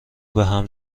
بهم